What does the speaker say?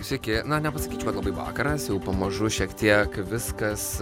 sveiki na nepasakyčiau kad labai vakaras jau pamažu šiek tiek viskas